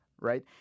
right